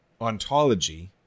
ontology